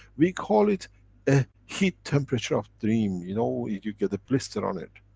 we call it heat temperature of dream. you know, you get a blister on it.